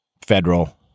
Federal